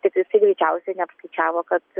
kad jisai greičiausiai neapskaičiavo kad